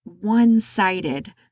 one-sided